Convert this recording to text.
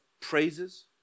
praises